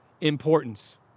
importance